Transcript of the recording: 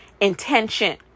intention